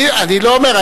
אני לא אומר,